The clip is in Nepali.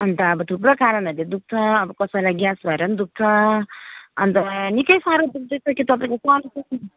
अन्त अब थुप्रो कारणहरूले दुख्छ अब कसैलाई ग्यास भएर पनि दुख्छ अन्त निकै साह्रो दुख्दैछ कि तपाईँले सहनु सक्नु